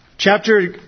Chapter